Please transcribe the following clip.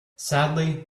sadly